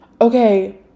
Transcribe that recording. Okay